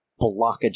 blockage